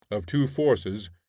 of two forces,